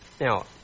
Now